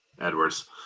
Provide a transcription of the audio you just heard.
Edwards